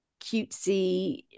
cutesy